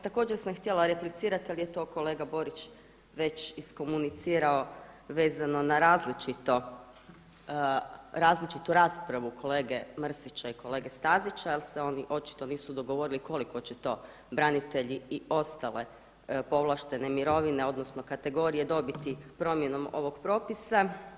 Također sam htjela replicirati, ali je to kolega Borić već iskomunicirao vezano na različitu raspravu kolege Mrsića i kolege Stazića jer se oni očito nisu dogovorili koliko će to branitelji i ostale povlaštene mirovine odnosno kategorije dobiti promjenom ovog propisa.